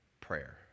prayer